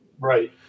Right